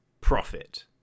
profit